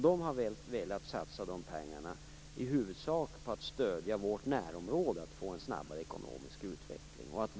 De har velat satsa de pengarna i huvudsak på att stödja vårt närområde för att få en snabbare ekonomisk utveckling.